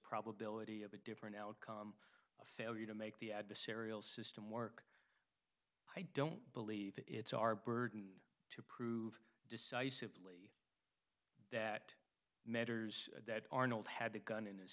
probability of a different outcome a failure to make the adversarial system work i don't believe it's our burden to prove decisively that matters that arnold had the gun in his